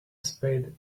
spade